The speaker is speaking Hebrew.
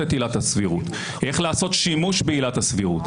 אני מאוד מכבד את ד"ר עמיר פוקס שהגיע לכאן.